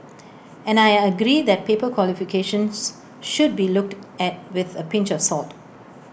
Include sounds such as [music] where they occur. [noise] and I agree that paper qualifications should be looked at with A pinch of salt